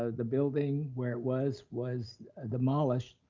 ah the building where it was was demolished,